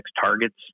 targets